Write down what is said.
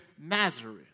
Nazareth